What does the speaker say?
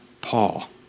Paul